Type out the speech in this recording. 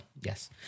yes